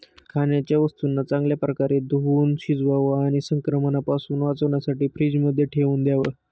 खाण्याच्या वस्तूंना चांगल्या प्रकारे धुवुन शिजवावं आणि संक्रमणापासून वाचण्यासाठी फ्रीजमध्ये ठेवून द्याव